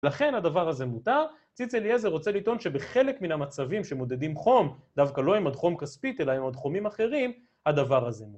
לכן הדבר הזה מותר. ציצי אליעזר רוצה לטעון שבחלק מן המצבים שמודדים חום, דווקא לא עם הדחום כספית אלא עם מדחומים אחרים, הדבר הזה מותר.